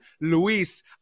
Luis